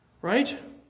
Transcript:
right